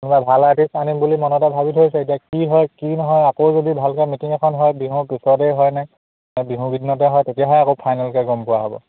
কোনোবা ভাল আৰ্টিষ্ট আনিম বুলি মনতে ভাবি থৈছে এতিয়া কি হয় কি নহয় আকৌ যদি ভালকৈ মিটিং এখন হয় বিহুৰ পিছতেই হয় নে বিহু কেইদিনতে হয় তেতিয়াহে আকৌ ফাইনেলকৈ গম পোৱা হ'ব